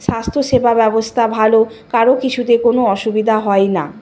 স্বাস্থ্যসেবা ব্যবস্থা ভালো কারও কিছুতে কোনো অসুবিধা হয় না